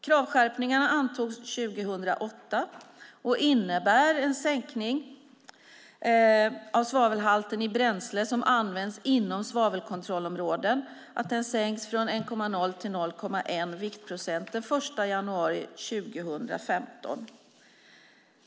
Kravskärpningarna antogs 2008 och innebär en sänkning av svavelhalten i bränsle som används inom svavelkontrollområden, från 1,0 till 0,1 viktprocent. Detta ska gälla från den 1 januari 2015.